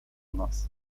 nas